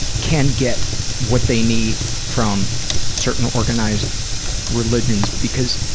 can get what they need from certain organized religions because,